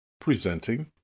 Presenting